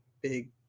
big